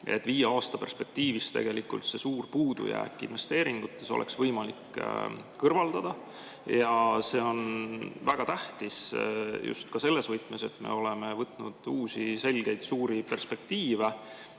et viie aasta perspektiivis oleks võimalik see suur puudujääk investeeringutes kõrvaldada. See on väga tähtis just selles võtmes, et me oleme võtnud uusi selgeid ja suuri perspektiive